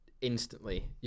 instantly